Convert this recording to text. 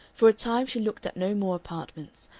for a time she looked at no more apartments,